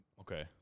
okay